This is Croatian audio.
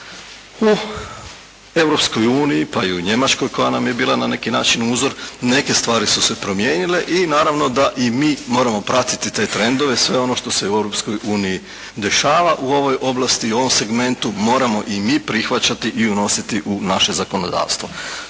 pa i u Njemačkoj koja nam je bila na neki način uzor neke stvari su se promijenile i naravno da i mi moramo pratiti te trendove, sve ono što se u Europskoj uniji dešava u ovoj oblasti, u ovom segmentu moramo i mi prihvaćati i unositi u naše zakonodavstvo.